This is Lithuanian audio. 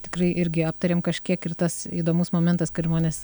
tikrai irgi aptarėm kažkiek ir tas įdomus momentas kad žmonės